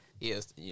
Yes